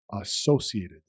associated